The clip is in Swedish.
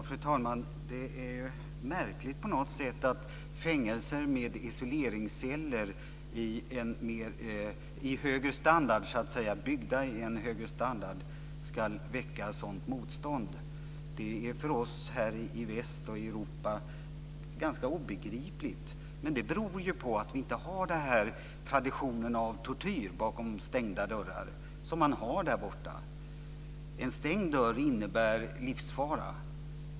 Fru talman! Det är märkligt att fängelser med isoleringsceller, byggda med en högre standard, ska väcka ett sådant motstånd. Det är för oss i väst, i Europa, ganska obegripligt. Det beror på att vi inte har traditionen av tortyr bakom stängda dörrar som man har därborta. En stängd dörr innebär livsfara.